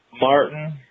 Martin